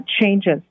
changes